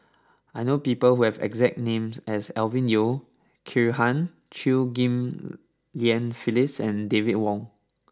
I know people who have the exact name as Alvin Yeo Khirn Hai Chew Ghim Lian Phyllis and David Wong